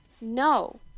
no